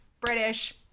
British